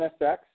NSX